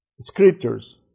scriptures